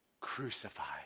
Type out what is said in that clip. Crucified